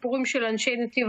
כששאלת אותי אם לחזור,